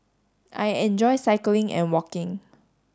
I enjoy cycling and walking